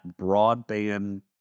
broadband